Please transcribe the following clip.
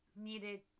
needed